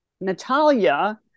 natalia